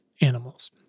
animals